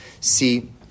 See